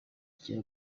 kigega